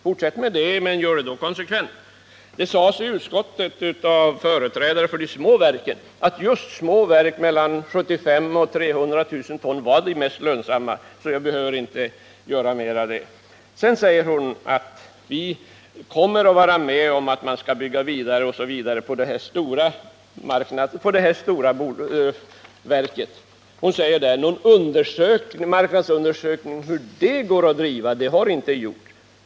Fortsätt med det, Birgitta Hambraeus, men gör det konsekvent. Det hävdades i utskottet av företrädare för de små verken att just små verk på mellan 75 000 och 300 000 ton var de mest lönsamma, så jag behöver inte orda mer om det. Birgitta Hambraeus säger att centern kommer att vara med om att bygga vidare på det här stora verket. Hon säger i det sammanhanget: Någon marknadsundersökning av hur det går att driva har inte gjorts.